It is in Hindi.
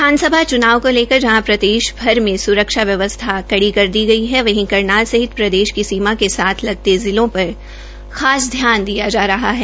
विधानसभा चुनाव को लेकर जहाँ प्रदेश भर में सुरक्षा व्यवस्था कड़ी कर दी गई है वहीं करनाल सहित प्रदेश की सीमा के साथ लगते जिलों पर खास ध्यान दिया जा रहा है